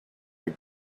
are